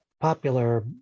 popular